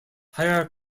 higher